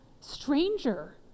stranger